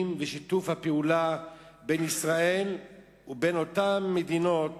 ושיתוף הפעולה בין ישראל לבין אותן מדינות